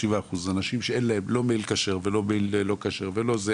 7% אנשים שאין להם לא מייל כשר ולא מייל לא כשר ולא זה,